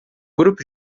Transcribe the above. grupo